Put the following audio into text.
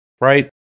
Right